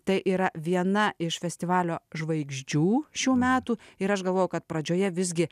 tai yra viena iš festivalio žvaigždžių šių metų ir aš galvoju kad pradžioje visgi